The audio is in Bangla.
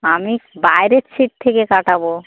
আমি বাইরের ছিট থেকে কাটাব